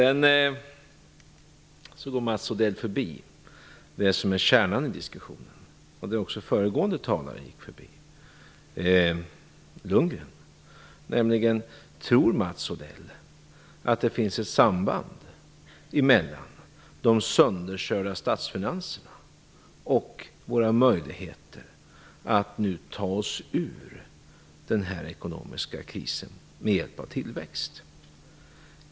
Mats Odell förbigår det som är kärnan i diskussionen, vilket också föregående talare, Bo Lundgren, gjorde. Tror Mats Odell att det finns ett samband mellan de sönderkörda statsfinanserna och våra möjligheter att nu ta oss ur den ekonomiska krisen med hjälp av tillväxt?